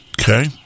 okay